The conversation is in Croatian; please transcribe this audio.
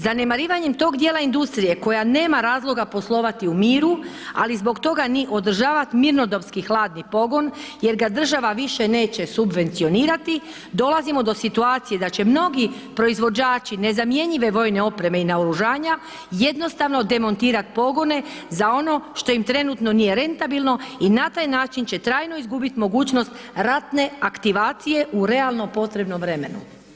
Zanemarivanjem tog dijela industrije koja nema razloga poslovati u miru ali zbog toga ni održavati mirnodopski hladni pogon jer ga država više neće subvencionirati dolazimo do situacije da će mnogi proizvođači nezamjenjive vojne opreme i naoružanja jednostavno demontirati pogone za ono što im trenutno nije rentabilno i na taj način će trajno izgubiti mogućnost ratne aktivacije u realno potrebnom vremenu.